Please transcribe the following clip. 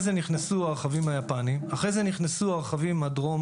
זה נכנסו רכבים יפניים; אחרי זה נכנסו רכבים דרום